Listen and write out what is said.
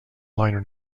liner